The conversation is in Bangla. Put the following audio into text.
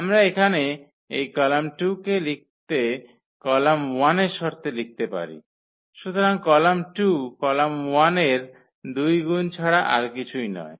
আমরা এখানে এই কলাম 2 কে লিখতে কলাম 1 এর শর্তে লিখতে পারি সুতরাং কলাম 2 কলাম 1 এর দুই গুন ছাড়া আর কিছুই নয়